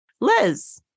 liz